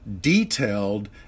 detailed